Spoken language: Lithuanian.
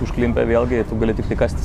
užklimpę vėlgi tu gali tiktai kastis